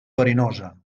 verinosa